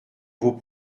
vos